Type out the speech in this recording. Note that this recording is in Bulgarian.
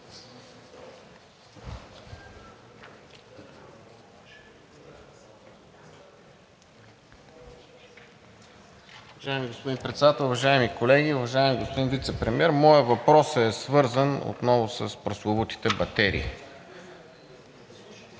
Уважаеми господин Председател, уважаеми колеги, уважаеми господин Вицепремиер! Моят въпрос е свързан отново с прословутите батерии.